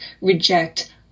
reject